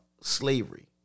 slavery